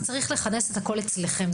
צריך לכנס הכול אצלכם.